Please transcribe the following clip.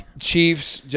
Chiefs